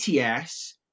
ATS